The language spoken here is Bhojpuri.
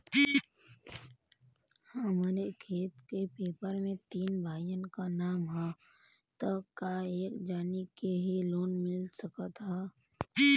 हमरे खेत के पेपर मे तीन भाइयन क नाम ह त का एक जानी के ही लोन मिल सकत ह?